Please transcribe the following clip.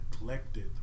neglected